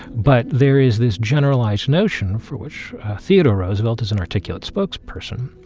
but there is this generalized notion, for which theodore roosevelt is an articulate spokesperson,